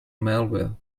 malware